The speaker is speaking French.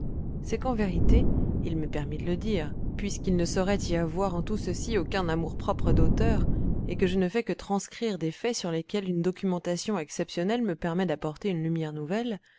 c'est qu'en vérité il m'est permis de le dire puisqu'il ne saurait y avoir en tout ceci aucun amourpropre d'auteur et que je ne fais que transcrire des faits sur lesquels une documentation exceptionnelle me permet d'apporter une lumière nouvelle